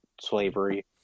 slavery